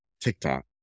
TikTok